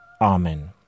amen